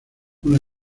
una